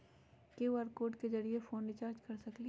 QR code के जरिय phone recharge कर सकली ह?